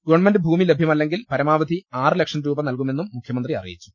government ഭൂമി ലഭ്യമല്ലെങ്കിൽ പരമാവധി ആറ് ലക്ഷം രൂപ നൽകു മെന്നും മുഖ്യമന്ത്രി അറിയിച്ചു